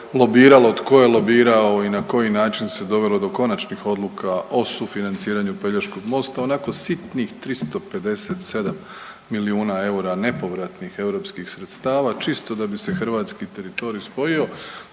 lobiralo, tko je lobirao i na koji način se dovelo do konačnih odluka o sufinanciranju Pelješkog mosta, onako sitnih 357 milijuna eura nepovratnih europskih sredstava čisto da bi se hrvatski teritorij spojio.